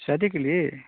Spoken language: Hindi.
शादी के लिए